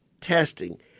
testing